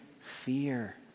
fear